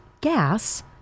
gas